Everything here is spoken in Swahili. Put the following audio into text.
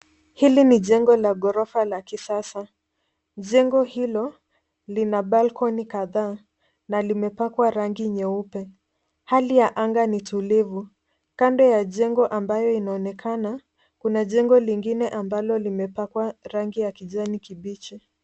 Hili ni jengo la ghorofa la kisasa. Jengo hilo lina balcony kadhaa na limepakwa rangi nyeupe. Hali ya anga ni tulivu. Kando ya jengo ambayo inaonekana, kuna jengo lingine ambalo limepakwa rangi ya kijani kibichi.